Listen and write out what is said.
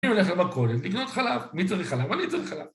אני הולך למכולת, לקנות חלב? מי צריך חלב? אני צריך חלב.